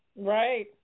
Right